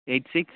eight six